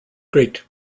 great